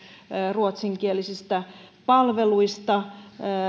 ruotsinkielisistä palveluista